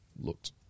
looked